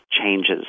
changes